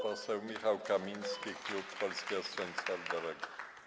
Poseł Michał Kamiński, klub Polskiego Stronnictwa Ludowego.